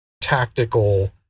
tactical